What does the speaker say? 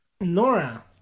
Nora